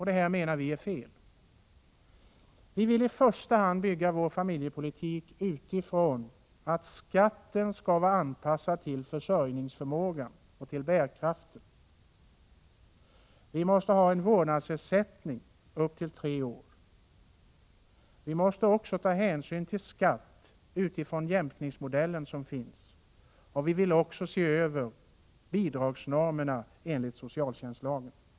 Det här menar vi är fel. Vi vill bygga upp vår familjepolitik i första hand utifrån att skatten skall vara anpassad till skattebetalarens försörjningsförmåga och bärkraft. En vårdnadsersättning måste utbetalas under upp till de tre första åren. Man måste vidare ta ut skatt med hänsynstagande till de möjligheter som jämkningsmodellen ger, och vi vill också att bidragsnormerna ses över i linje med socialtjänstlagens intentioner.